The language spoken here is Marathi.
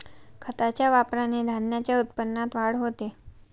खताच्या वापराने धान्याच्या उत्पन्नात वाढ होते